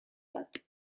bat